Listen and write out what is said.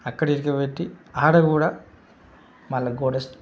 అక్కడ ఇటుక పెట్టి ఆడ కూడా మళ్ళా గోడ